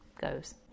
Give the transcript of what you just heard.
goes